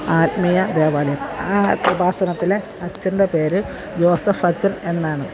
ആത്മീയ ദേവാലയം ആ കൃപാസനത്തിലെ അച്ചൻ്റെ പേര് ജോസഫ് അച്ചൻ എന്നാണ്